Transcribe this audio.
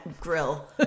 grill